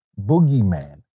boogeyman